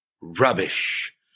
rubbish